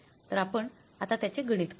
तर आपण आता त्याचे गणित करू